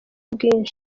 bwinshi